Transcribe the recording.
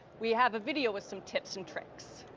we have a video with so tips and tricks